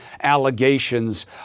allegations